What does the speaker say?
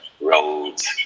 Roads